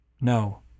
No